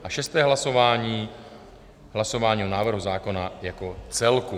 A šesté hlasování hlasování o návrhu zákona jako celku.